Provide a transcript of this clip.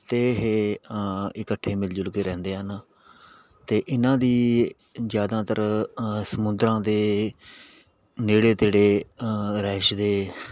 ਅਤੇ ਇਹ ਇਕੱਠੇ ਮਿਲ ਜੁਲ ਕੇ ਰਹਿੰਦੇ ਹਨ ਅਤੇ ਇਹਨਾਂ ਦੀ ਜ਼ਿਆਦਾਤਰ ਸਮੁੰਦਰਾਂ ਦੇ ਨੇੜੇ ਤੇੜੇ ਰਿਹਾਇਸ਼ ਦੇ